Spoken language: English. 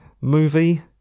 movie